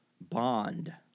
Bond